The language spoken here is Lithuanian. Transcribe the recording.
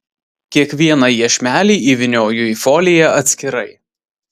kiekvieną iešmelį įvynioju į foliją atskirai